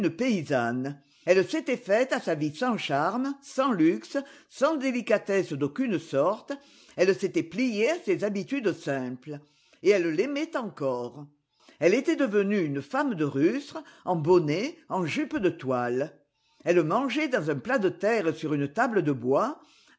paysanne elle s'était faite à sa vie sans charmes sans luxe sans délicatesse d'aucune sorte elle s'était pliée à ses habitudes simples et elle l'aimait encore elle était devenue une femme de rustre en bonnet en jupe de toile elle mangeait dans un plat de terre sur une table de bois